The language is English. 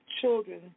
children